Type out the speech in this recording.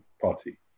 party